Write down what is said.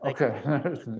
okay